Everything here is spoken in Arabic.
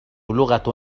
لغة